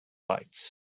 lights